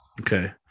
Okay